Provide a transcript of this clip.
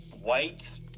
White